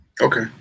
okay